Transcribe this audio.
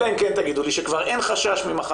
אלא אם כן תגידו לי שאין יותר חשש ממחלת